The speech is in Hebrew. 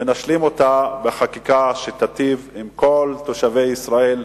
ונשלים אותה בחקיקה שתיטיב עם כל תושבי ישראל,